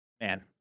man